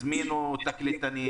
הזמינו תקליטן,